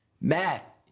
Matt